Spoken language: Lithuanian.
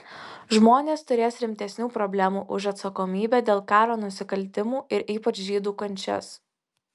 žmonės turės rimtesnių problemų už atsakomybę dėl karo nusikaltimų ir ypač žydų kančias